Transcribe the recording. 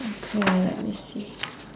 okay let me see